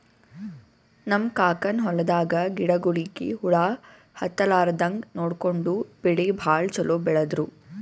ನಮ್ ಕಾಕನ್ ಹೊಲದಾಗ ಗಿಡಗೋಳಿಗಿ ಹುಳ ಹತ್ತಲಾರದಂಗ್ ನೋಡ್ಕೊಂಡು ಬೆಳಿ ಭಾಳ್ ಛಲೋ ಬೆಳದ್ರು